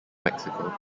mexico